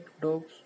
dogs